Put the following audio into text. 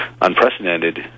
unprecedented